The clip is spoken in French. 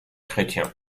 chrétien